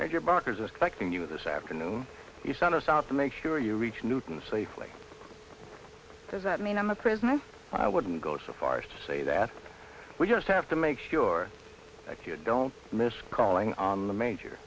your backers expecting you this afternoon you sent us out to make sure you reach newton safely does that mean i'm a prisoner i wouldn't go so far as to say that we just have to make sure that you don't miss calling on the major